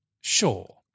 Sure